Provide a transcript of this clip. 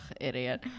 idiot